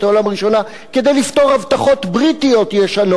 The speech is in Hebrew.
הראשונה כדי לפתור הבטחות בריטיות ישנות,